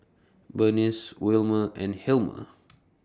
Bernice Wilmer and Hilmer